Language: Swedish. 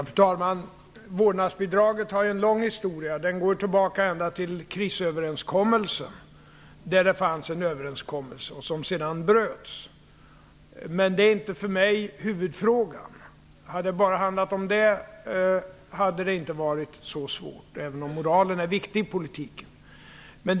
Fru talman! Vårdnadsbidraget har en lång historia, som går tillbaka ända till krisöverenskommelsen. Där fanns en överenskommelse som sedan bröts. Det är dock inte huvudfrågan för mig. Om det bara hade handlat om det skulle det inte ha varit så svårt, även om moralen är viktig i politiken.